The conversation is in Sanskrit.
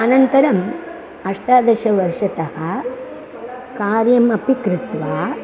अनन्तरम् अष्टादशवर्षतः कार्यम् अपि कृत्वा